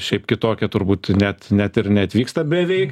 šiaip kitokia turbūt net net ir neatvyksta beveik